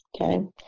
Okay